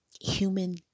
human